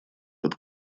под